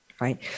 Right